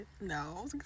No